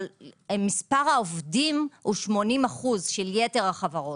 אבל מספר העובדים הוא 80% של יתר החברות,